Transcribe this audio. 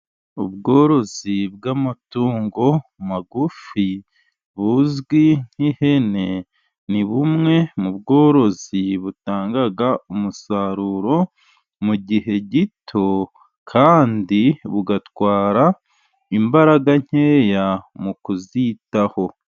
ubworozi bw'amatungo magufi buzwi nk'ihene ni bumwe mu bworozi butanga umusaruro mu gihe gito kandi bugatwara imbaraga nkeya mu kuzitaho.